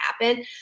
happen